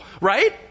right